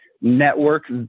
network